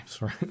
right